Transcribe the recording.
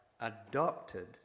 adopted